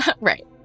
Right